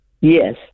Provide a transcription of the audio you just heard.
yes